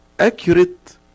Accurate